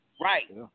Right